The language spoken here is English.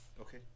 Okay